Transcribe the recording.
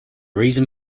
reason